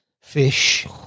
fish